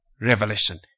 revelation